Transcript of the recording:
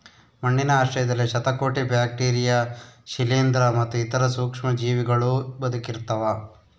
ಮಣ್ಣಿನ ಆಶ್ರಯದಲ್ಲಿ ಶತಕೋಟಿ ಬ್ಯಾಕ್ಟೀರಿಯಾ ಶಿಲೀಂಧ್ರ ಮತ್ತು ಇತರ ಸೂಕ್ಷ್ಮಜೀವಿಗಳೂ ಬದುಕಿರ್ತವ